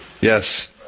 Yes